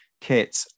Kit